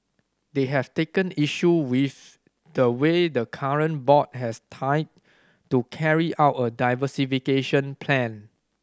they have taken issue with the way the current board has tied to carry out a diversification plan